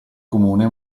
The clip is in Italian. comune